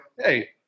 Hey